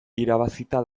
irabazita